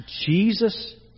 Jesus